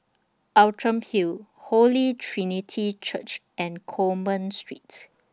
Outram Hill Holy Trinity Church and Coleman Street